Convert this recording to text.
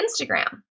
Instagram